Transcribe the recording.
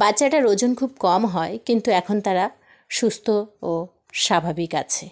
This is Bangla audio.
বাচ্চাটার ওজন খুব কম হয় কিন্তু এখন তারা সুস্থ ও স্বাভাবিক আছে